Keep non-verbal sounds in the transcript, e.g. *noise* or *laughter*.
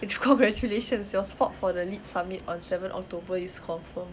*laughs* congratulations your spot for the lead summit on seventh october is confirmed